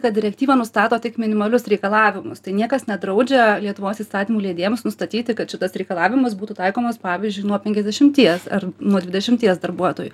kad direktyva nustato tik minimalius reikalavimus tai niekas nedraudžia lietuvos įstatymų leidėjams nustatyti kad šitas reikalavimas būtų taikomas pavyzdžiui nuo penkiasdešimties ar nuo dvidešimties darbuotojų